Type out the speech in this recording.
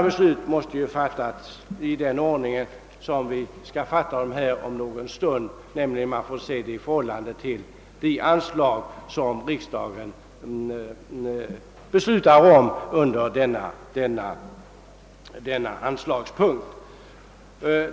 Besluten måste fattas i den ordning som vi om en stund kommer att fatta dem, nämligen genom de anslag som riksdagen beslutar under denna anslagspunkt.